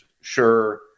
Sure